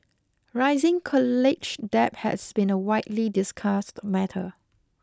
rising college debt has been a widely discussed matter